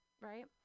right